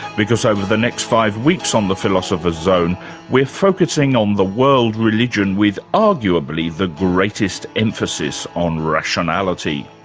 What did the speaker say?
because over the next five weeks on the philosopher's zone we're focusing on the world religion with arguably the greatest emphasis on rationality,